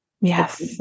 yes